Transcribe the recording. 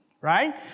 right